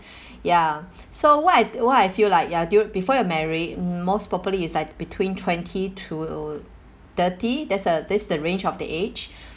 ya so what what I feel like ya dur~ before you're married most probably it's like between twenty to thirty that's a this the range of the age